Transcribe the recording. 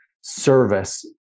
service